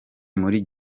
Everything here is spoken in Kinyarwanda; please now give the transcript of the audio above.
muri